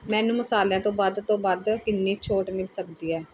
ਮੈਨੂੰ ਮਸਾਲਿਆਂ ਤੋਂ ਵੱਧ ਤੋਂ ਵੱਧ ਕਿੰਨੀ ਛੋਟ ਮਿਲ ਸਕਦੀ ਹੈ